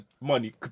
money